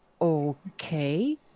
Okay